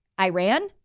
Iran